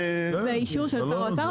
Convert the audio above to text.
האוצר?